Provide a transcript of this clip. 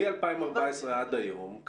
מ-2014 עד היום,